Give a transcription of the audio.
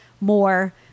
more